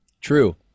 True